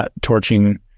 torching